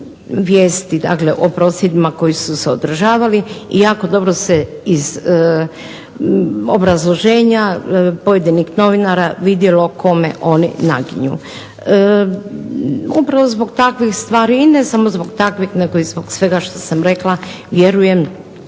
vijesti, dakle o prosvjedima koji su se održavali i jako dobro se iz obrazloženja pojedinih novinara vidjelo kome oni naginju. Upravo zbog takvih stvari i ne samo zbog takvih, nego i zbog svega što sam rekla vjerujem